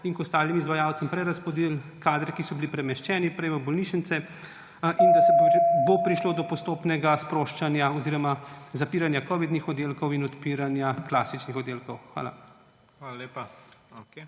in k ostalim izvajalcem prerazporedili kadre, ki so bili premeščeni v bolnišnice, da bo prišlo do postopnega sproščanja oziroma zapiranja covidnih oddelkov in odpiranja klasičnih oddelkov. Hvala. PREDSEDNIK